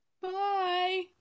Bye